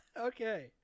Okay